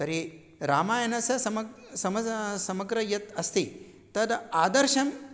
तर्हि रामायणस्य समग्रं समाजं समग्रं यत् अस्ति तत् आदर्शम्